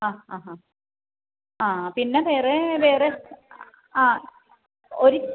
ആ ആ ഹാ ആ പിന്നെ വേറെ വേറെ ആ ഒരു